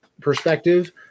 perspective